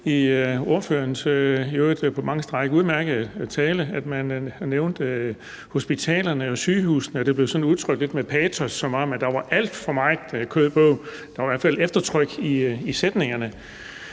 stræk udmærkede tale, at han nævnte hospitalerne og sygehusene, og det blev sådan udtrykt lidt med patos, som om der var alt for meget kød på tallerkenen – der var i hvert fald eftertryk på sætningerne.